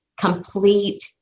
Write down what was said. complete